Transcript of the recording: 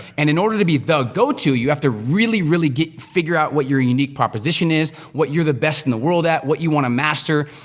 and in order to be the go to, you have to really, really figure out what your unique proposition is, what you're the best in the world at, what you wanna master,